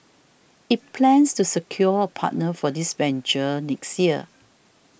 it plans to secure a partner for this venture next year